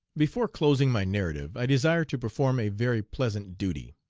before closing my narrative i desire to perform a very pleasant duty.